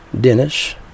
Dennis